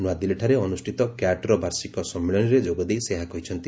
ନୂଆଦିଲ୍ଲୀଠାରେ ଅନୁଷ୍ଠିତ କ୍ୟାଟ୍ର ବାର୍ଷିକ ସମ୍ମିଳନୀରେ ଯୋଗଦେଇ ସେ ଏହା କହିଛନ୍ତି